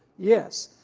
yes.